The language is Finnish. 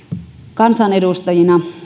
kansanedustajina